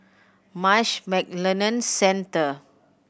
Marsh McLennan Centre